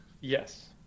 Yes